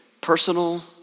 personal